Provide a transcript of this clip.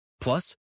Plus